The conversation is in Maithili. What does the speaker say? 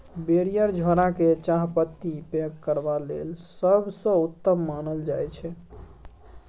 बैरिएर झोरा केँ चाहपत्ती पैक करबा लेल सबसँ उत्तम मानल जाइ छै